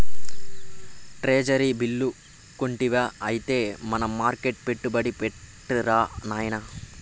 treasury bill కొంటివా ఐతే money మర్కెట్ల పెట్టుబడి పెట్టిరా నాయనా